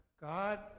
God